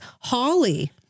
holly